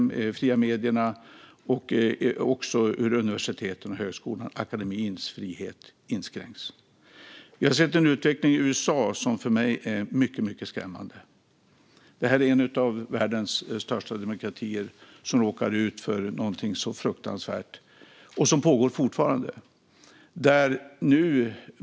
Akademins - universitetens och högskolornas - frihet inskränks. Vi har sett en utveckling i USA som för mig är mycket skrämmande. En av världens största demokratier råkar ut för någonting som är fruktansvärt och som fortfarande pågår.